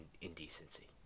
indecency